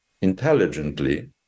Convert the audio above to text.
intelligently